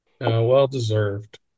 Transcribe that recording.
Well-deserved